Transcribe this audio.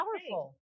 powerful